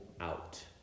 out